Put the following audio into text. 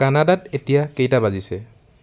কানাডাত এতিয়া কেইটা বাজিছে